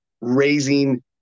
raising